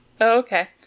okay